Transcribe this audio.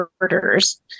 orders